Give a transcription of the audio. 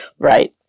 right